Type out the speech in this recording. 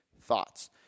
Thoughts